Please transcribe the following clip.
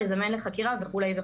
לזמן לחקירה וכולי.